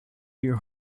your